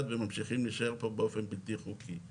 וממשיכים להישאר פה באופן בלתי חוקי.